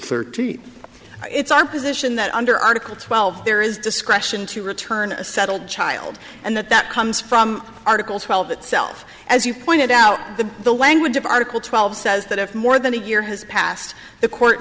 eight it's our position that under article twelve there is discretion to return a settled child and that that comes from articles twelve itself as you pointed out the the language of article twelve says that if more than a year has passed the court